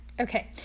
Okay